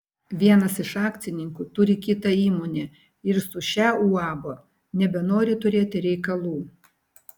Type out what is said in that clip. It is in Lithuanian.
vienas iš akcininkų turi kitą įmonę ir su šia uab nebenori turėti reikalų